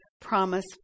Promise